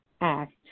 act